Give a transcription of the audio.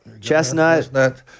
Chestnut